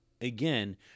again –